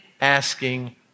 asking